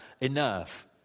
enough